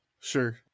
Sure